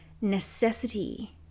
necessity